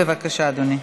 בבקשה, אדוני.